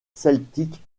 celtique